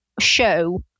show